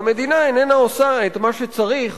והמדינה איננה עושה את מה שצריך